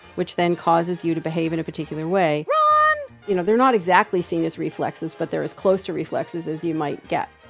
which then causes you to behave in a particular way run you know, they're not exactly seen as reflexes, but they're as close to reflexes as you might get.